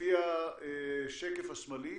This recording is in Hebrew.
לפי השקף השמאלי,